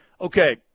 Okay